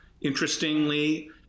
Interestingly